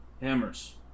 Hammers